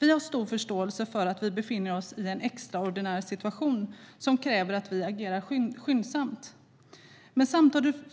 Vi har stor förståelse för att Sverige befinner sig i en extraordinär situation som kräver att vi agerar skyndsamt. Men